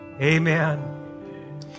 amen